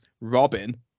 Robin